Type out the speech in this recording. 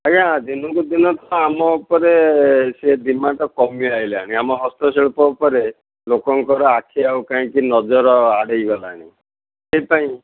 ଆଜ୍ଞା ଦିନକୁ ଦିନ ତ ଆମ ଉପରେ ସେ ଡିମାଣ୍ଡ୍ କମି ଆଇଲାଣି ଆମ ହସ୍ତଶିଳ୍ପ ଉପରେ ଲୋକଙ୍କର ଆଖି ଆଉ କାହିଁକି ନଜର ଆଡ଼େଇଗଲାଣି ସେଇଥିପାଇଁ